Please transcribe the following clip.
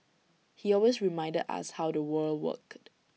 he always reminded us how the world worked